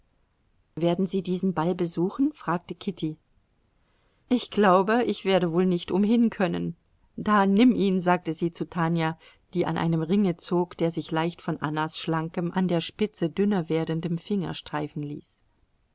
werden sie diesen ball besuchen fragte kitty ich glaube ich werde wohl nicht umhinkönnen da nimm ihn sagte sie zu tanja die an einem ringe zog der sich leicht von annas schlankem an der spitze dünner werdendem finger streifen ließ